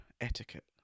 etiquette